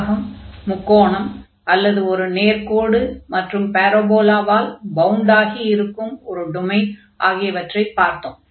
செவ்வகம் முக்கோணம் அல்லது ஒரு நேர்க்கோடு மற்றும் பாரபோலவால் பவுண்ட் ஆகி இருக்கும் ஒரு டொமைன் ஆகியவற்றைப் பார்த்தோம்